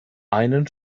einen